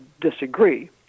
disagree